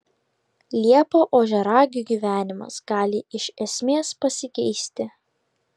liepą ožiaragių gyvenimas gali iš esmės pasikeisti